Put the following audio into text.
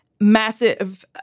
massive